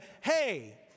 hey